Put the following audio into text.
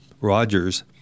Rogers